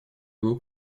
его